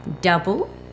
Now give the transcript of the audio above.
Double